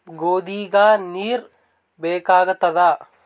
ಗೋಧಿಗ ನೀರ್ ಬೇಕಾಗತದ?